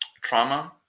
trauma